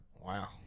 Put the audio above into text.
Wow